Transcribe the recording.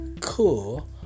cool